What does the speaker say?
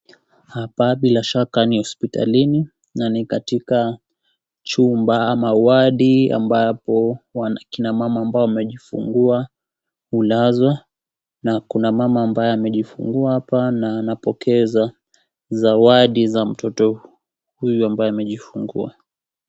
Hapa bila shaka ni hospitalini, na ni katika chumba ama wodi ambapo kina mama ambao wamejifungua hulazwa, na kuna mama ambaye amejifungua na anapokezwa zawadi za mtoto huyu ambaye amejifungua.